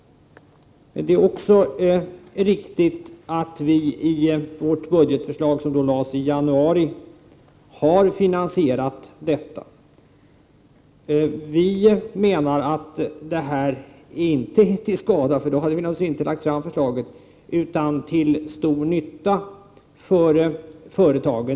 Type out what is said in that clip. Det är också riktigt att vi i vårt budgetförslag, som lades fram i januari, har finansierat det hela. Vi menar att det här inte skulle vara till skada — då hade vi naturligtvis inte lagt fram förslaget — utan till stor nytta för företagen.